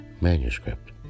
manuscript